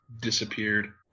disappeared